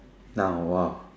now !wow!